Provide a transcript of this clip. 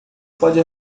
pode